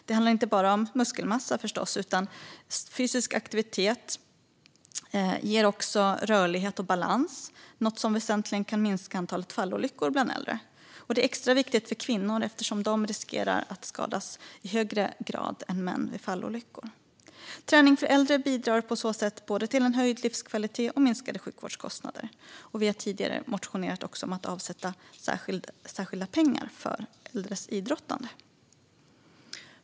Det handlar förstås inte bara muskelmassa utan fysisk aktivitet ger också rörlighet och balans. Det är något som väsentligt kan minska antalet fallolyckor bland äldre. Det är extra viktigt för kvinnor eftersom de riskerar att skadas i högre grad än män vid fallolyckor. Träning för äldre bidrar på så sätt både till en höjd livskvalitet och till minskade sjukvårdskostnader. Vi har tidigare motionerat om att avsätta särskilda pengar för äldres idrottande.